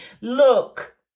look